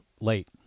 Late